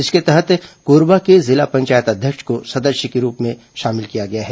इसके तहत कोरबा के जिला पंचायत अध्यक्ष को सदस्य के रूप में शामिल किया गया है